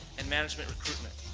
and management recruitment.